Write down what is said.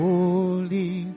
Holy